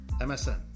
MSN